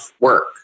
work